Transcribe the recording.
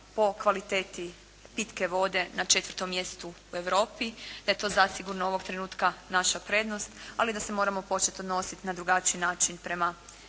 po kvaliteti pitke vode na četvrtom mjestu u Europi, da je to zasigurno ovog trenutka naša prednost. Ali da se moramo početi odnositi na drugačiji način prema